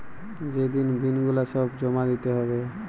যে দিন বিল গুলা সব জমা দিতে হ্যবে